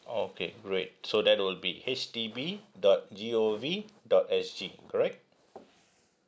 okay great so that will be H D B dot G O V dot S G correct